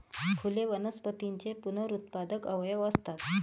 फुले वनस्पतींचे पुनरुत्पादक अवयव असतात